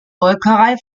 molkerei